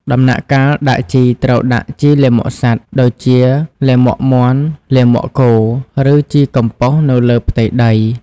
ដំណាក់កាលដាក់ជីត្រូវដាក់ ជីលាមកសត្វ (ដូចជាលាមកមាន់ លាមកគោ) ឬ ជីកំប៉ុស្ត នៅលើផ្ទៃដី។